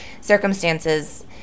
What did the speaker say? circumstances